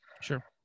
Sure